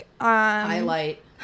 Highlight